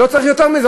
לא צריך יותר מזה,